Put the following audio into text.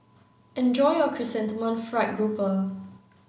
enjoy your chrysanthemum fried grouper